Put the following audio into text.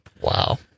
Wow